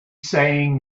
saying